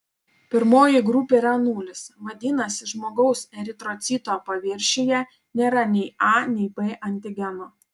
pirmoji grupė yra nulis vadinasi žmogaus eritrocito paviršiuje nėra nei a nei b antigeno